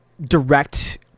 direct